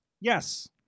Yes